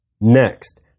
Next